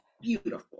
Beautiful